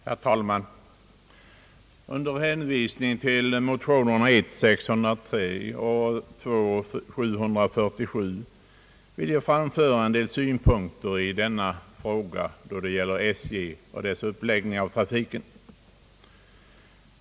Herr talman! Under hänvisning till motionerna 1:603 och II: 747 vill jag framföra en del synpunkter i denna fråga då det gäller SJ och dess uppläggning av trafiken.